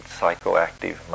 psychoactive